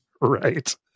right